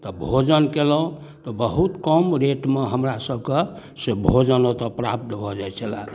तऽ भोजन केलहुँ तऽ बहुत कम रेटमे हमरासभके से भोजन ओतऽ प्राप्त भऽ जाए छलै